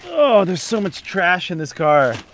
oh, there's so much trash in this car